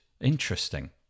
Interesting